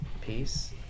peace